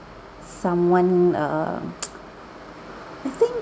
someone err I think